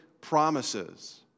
promises